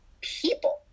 people